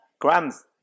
Grams